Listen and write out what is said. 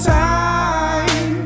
time